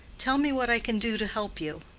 tell me what i can do to help you.